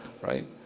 right